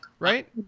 Right